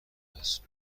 است